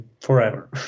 forever